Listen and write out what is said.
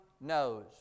knows